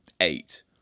eight